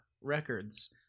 records